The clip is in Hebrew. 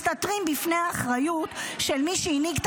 מסתתרים בפני האחריות של מי שהנהיג את